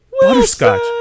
Butterscotch